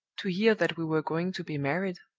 to hear that we were going to be married.